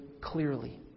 clearly